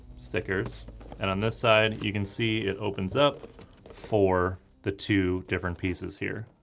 stickers and on this side, you can see, it opens up for the two different pieces here.